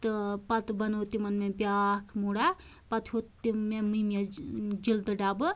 تہٕ پَتہٕ بَنوو تِمَن مےٚ بیٛاکھ موٚرہ پَتہٕ ہیٛوت تِم مےٚ مٔمِیَس جلدٕ ڈَبہٕ